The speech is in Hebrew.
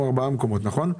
נכון?